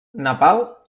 nepal